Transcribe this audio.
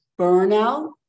burnout